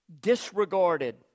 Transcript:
disregarded